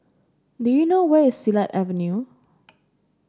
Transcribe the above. do you know where is Silat Avenue